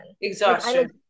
Exhaustion